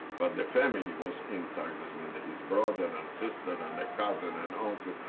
but the family was intact. this mean that his brother and sister and the cousin and uncle.